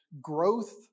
Growth